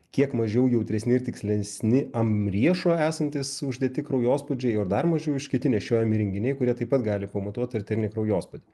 kiek mažiau jautresni tikslesni an riešo esantys uždėti kraujospūdžiai o dar mažiau iš kiti nešiojami įrenginiai kurie taip pat gali pamatuot arterinį kraujospūdį